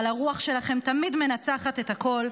אבל הרוח שלכם תמיד מנצחת את הכול.